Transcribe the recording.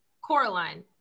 Coraline